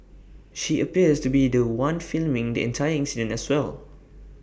she appears to be The One filming the entire incident as well